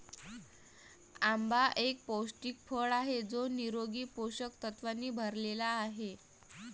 आंबा एक पौष्टिक फळ आहे जो निरोगी पोषक तत्वांनी भरलेला आहे